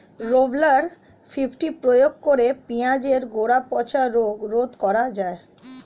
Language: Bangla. রোভরাল ফিফটি প্রয়োগ করে পেঁয়াজের গোড়া পচা রোগ রোধ করা যায়?